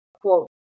quote